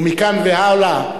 ומכאן והלאה,